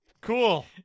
Cool